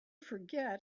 forget